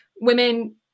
women